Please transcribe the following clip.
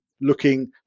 looking